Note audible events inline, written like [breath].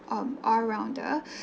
on all rounder [breath]